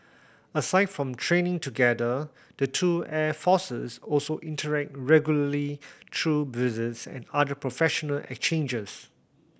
aside from training together the two air forces also interact regularly through visits and other professional exchanges